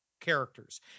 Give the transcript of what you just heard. characters